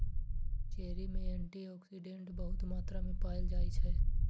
cherry मे antioxidant बहुत मात्रा मे पाएल जाइ छै